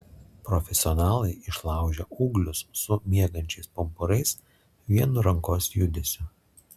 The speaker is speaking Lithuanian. profesionalai išlaužia ūglius su miegančiais pumpurais vienu rankos judesiu